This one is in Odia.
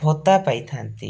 ଭତା ପାଇଥାନ୍ତି